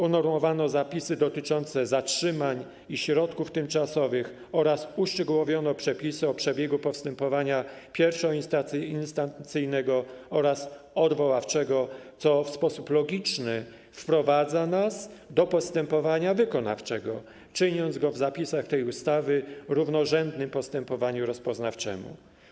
Unormowano zapisy dotyczące zatrzymania i środków tymczasowych oraz uszczegółowiono przepisy o przebiegu postępowania pierwszoinstancyjnego oraz odwoławczego, co w sposób logiczny wprowadza nas do postępowania wykonawczego, czyniąc go w zapisach tej ustawy równorzędnym postępowaniu rozpoznawczemu.